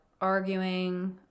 arguing